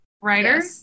writer